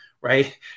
right